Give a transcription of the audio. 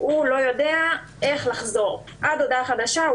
הוא לא יודע איך לחזור עד להודעה חדשה.